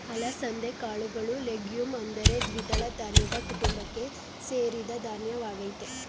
ಅಲಸಂದೆ ಕಾಳುಗಳು ಲೆಗ್ಯೂಮ್ ಅಂದರೆ ದ್ವಿದಳ ಧಾನ್ಯದ ಕುಟುಂಬಕ್ಕೆ ಸೇರಿದ ಧಾನ್ಯವಾಗಯ್ತೆ